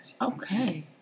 Okay